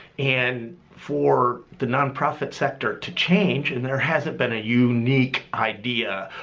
and for the nonprofit sector to change and there hasn't been a unique idea,